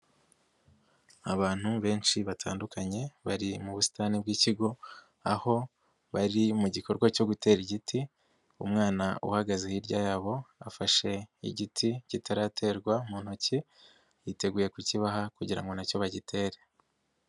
Abantu benshi batandukanye bari mu busitani bw'ikigo, aho bari mu gikorwa cyo gutera igiti, umwana uhagaze hirya yabo afashe igiti kitaraterwa mu ntoki, yiteguye kukibaha kugira ngo na cyo bagitere.